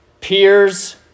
peers